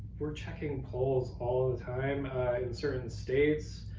we're checking polls all the time in certain states,